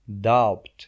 doubt